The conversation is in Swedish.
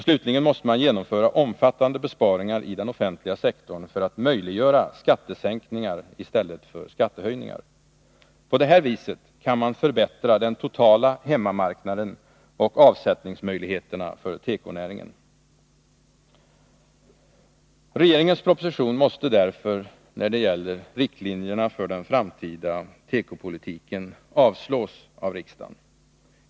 Slutligen måste man genomföra omfattande besparingar i den offentliga sektorn för att möjliggöra skattesänkningar i stället för skattehöjningar. På det viset kan man förbättra den totala hemmamarknaden och avsättningsmöjligheterna för tekonäringen. Regeringens proposition måste därför när det gäller riktlinjerna för den framtida tekopolitiken avslås av riksdagen.